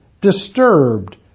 disturbed